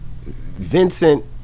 Vincent